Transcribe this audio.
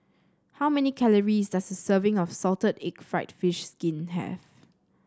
how many calories does serving of Salted Egg fried fish skin have